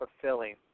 fulfilling